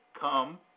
come